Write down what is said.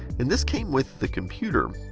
and this came with the computer.